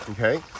okay